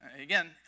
Again